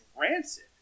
rancid